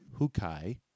Hukai